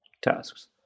tasks